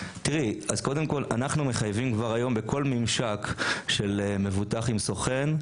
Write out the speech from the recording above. קודם כל אנחנו מחייבים כבר היום בכל ממשק של מבוטח עם סוכן,